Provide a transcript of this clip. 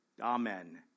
Amen